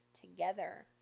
together